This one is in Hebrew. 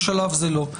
בשלב זה לא.